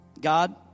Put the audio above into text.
God